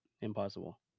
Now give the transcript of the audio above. Impossible